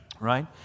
right